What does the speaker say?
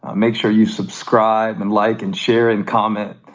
um make sure you subscribe and like and share and comment,